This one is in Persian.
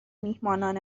میهمانان